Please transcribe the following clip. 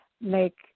make